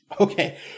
Okay